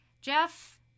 Jeff